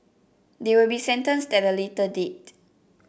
they will be sentenced at a later date